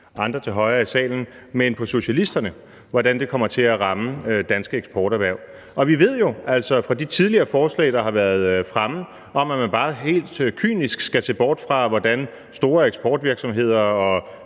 andre til højre i salen, men på socialisterne, kommer til at ramme danske eksporterhverv. Og vi ved jo fra de tidligere forslag, der har været fremme, at man bare helt kynisk i forhold til store eksportvirksomheder og